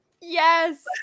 yes